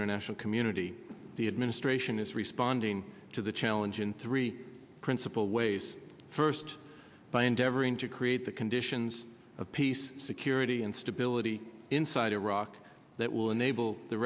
international community the administration is responding to the challenge and three principle ways first by endeavoring to create the conditions of peace security and stability inside iraq that will enable the